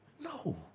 no